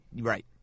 Right